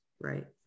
right